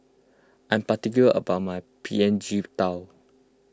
I am particular about my P N G Tao